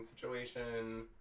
situation